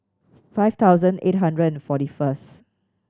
five thousand eight hundred and forty first